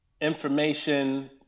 information